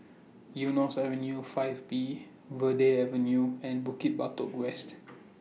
Eunos Avenue five B Verde Avenue and Bukit Batok West